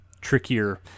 trickier